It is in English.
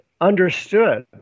understood